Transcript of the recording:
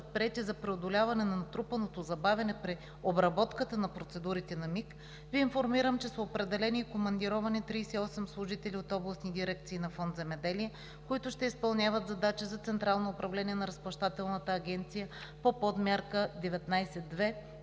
за преодоляване на натрупаното забавяне при обработката на процедурите на местни инициативни групи, Ви информирам, че са определени и командировани 38 служители от областни дирекции на Фонд „Земеделие“, които ще изпълняват задачи за централно управление на Разплащателната